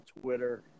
Twitter